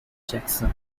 jackson